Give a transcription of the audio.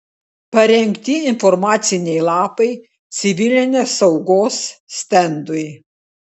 parengti informaciniai lapai civilinės saugos stendui